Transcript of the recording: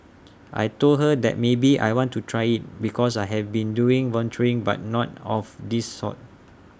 I Told her that maybe I want to try IT because I have been doing volunteering but not of this sort